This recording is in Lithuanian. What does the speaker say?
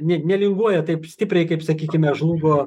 ne nelinguoja taip stipriai kaip sakykime žlugo